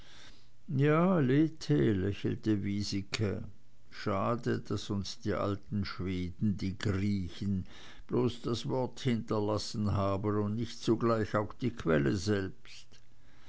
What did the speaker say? ja lethe lächelte wiesike schade daß uns die alten schweden die griechen bloß das wort hinterlassen haben und nicht zugleich auch die quelle selbst